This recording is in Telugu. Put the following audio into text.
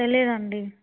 తెలియదండి